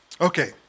Okay